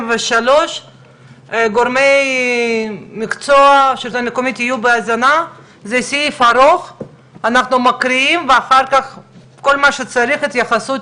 יותר לצמיחת המשק מאשר להטיל עוד מס שעלול לקבור את ואז מה נקבל?